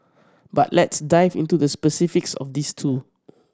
but let's dive into the specifics of these two